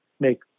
make